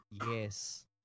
yes